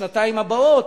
לשנתיים הבאות.